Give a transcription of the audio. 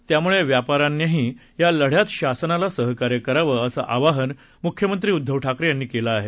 त्यामुळे व्यापाऱ्यांनीही या लढ्यात शासनाला सहकार्य करावं असं आवाहन मुख्यमंत्री उद्धव ठाकरे यांनी केलं आहे